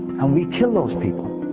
and we kill those people.